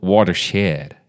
Watershed